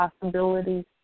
possibilities